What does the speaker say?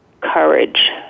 courage